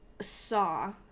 saw